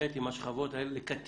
ח' עם השכבות האלה לקטיף